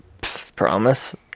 Promise